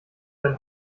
sein